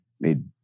made